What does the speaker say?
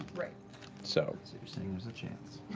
so you're saying there's a chance.